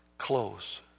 Close